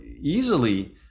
easily